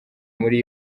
muri